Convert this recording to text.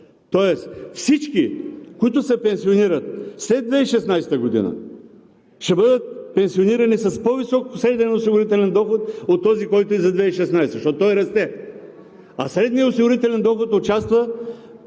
Тоест всички, които се пенсионират след 2016 г., ще бъдат пенсионирани с по-висок среден осигурителен доход от този, който е за 2016 г., защото той расте, а средният осигурителен доход участва